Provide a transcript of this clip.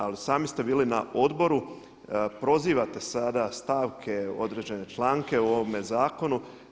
Ali sami ste bili na odboru i prozivate sada stavke određene članke u ovome zakonu.